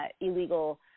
illegal